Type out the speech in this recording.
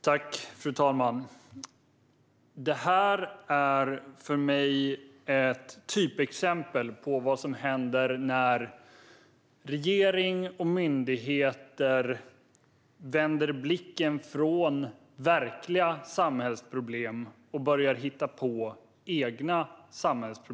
Fru talman! Detta är för mig ett typexempel på vad som händer när regering och myndigheter vänder blicken från verkliga samhällsproblem och börjar hitta på egna.